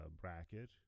bracket